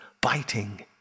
biting